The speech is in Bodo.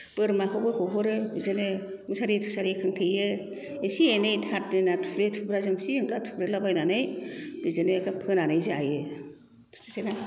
बोरमाखौबो होहरो बिदिनो मुसारि थुसारि खोंथेयो एसे एनै थारदोना थुब्रे थुब्रा जेंसि जेंला थुब्रेला बायनानै बिदिनो फोनानै जायो